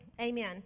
Amen